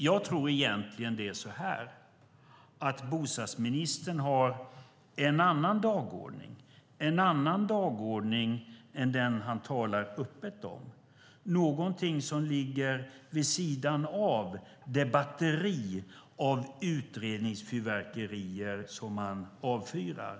Jag tror egentligen att bostadsministern har en annan dagordning än den han talar öppet om. Det är någonting som ligger vid sidan av det batteri av utredningsfyrverkerier som han avfyrar.